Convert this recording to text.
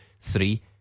three